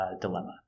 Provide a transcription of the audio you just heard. dilemma